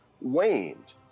waned